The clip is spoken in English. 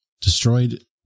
destroyed